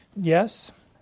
Yes